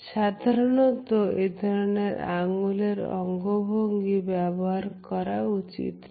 সাধারণত এই ধরনের আঙ্গুলের অঙ্গভঙ্গি ব্যবহার করা উচিত নয়